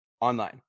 online